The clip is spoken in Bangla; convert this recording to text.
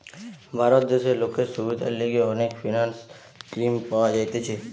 ভারত দেশে লোকের সুবিধার লিগে অনেক ফিন্যান্স স্কিম পাওয়া যাইতেছে